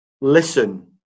listen